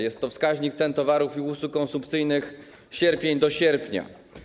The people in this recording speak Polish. Jest to wskaźnik cen towarów i usług konsumpcyjnych, sierpień do sierpnia.